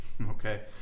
Okay